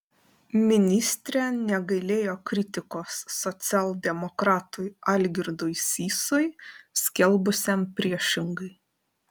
ministrė negailėjo kritikos socialdemokratui algirdui sysui skelbusiam priešingai